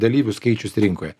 dalyvių skaičius rinkoje